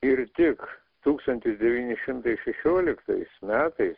ir tik tūkstantis devyni šimtai šešioliktais metais